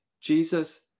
Jesus